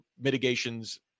mitigations